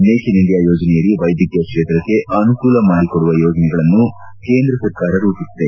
make in India ಯೋಜನೆಯಡಿ ವೈದ್ಯಕೀಯ ಕ್ಷೇತ್ರಕ್ಕೆ ಅನುಕೂಲ ಮಾಡಿಕೊಡುವ ಯೋಜನೆಗಳನ್ನು ಕೇಂದ್ರ ಸರ್ಕಾರ ರೂಪಿಸಿದೆ